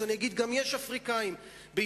אז אני אגיד: גם יש אפריקנים בישראל.